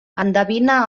endevine